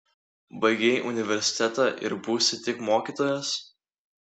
baigei universitetą ir būsi tik mokytojas